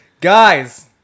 Guys